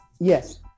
Yes